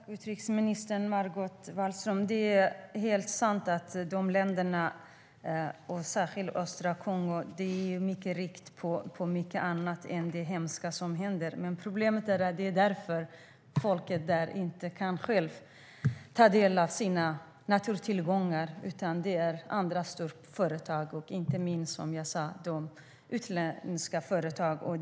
Herr talman! Tack, utrikesministern! Det är helt sant att särskilt östra Kongo är mycket rikt på annat än det hemska som händer där. Problemet är att folket självt inte får del av sina naturtillgångar, utan det är storföretag, inte minst utländska sådana, som får det.